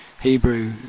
Hebrew